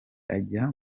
ajya